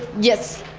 yes.